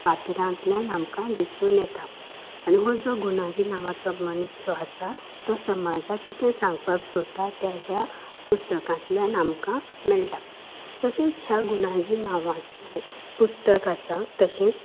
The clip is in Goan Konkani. पात्रांतल्यान आमकां दिसून येता आनी हो जो गुणाजी नांवाचो मनीस जो आसा तो समाजाक कितें सांगपाक सोदता त्या ह्या पुस्तकांतल्यान आमकां मेळटा तशेंच ह्या गुणाजी नांवाचें पुस्तक आसा तशेंच